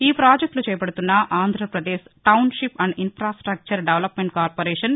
ఈ ప్రాజెక్టులు చేపడుతున్న Andhra Pradesh township and infrastructure development corporation